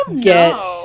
get